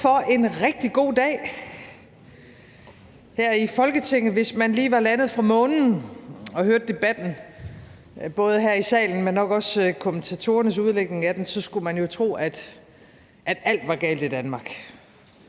Tak for en rigtig god dag her i Folketinget. Hvis man lige var landet fra Månen og hørte debatten, både her i salen, men nok også kommentatorernes udlægning af den, skulle man jo tro, at alt var galt i Danmark: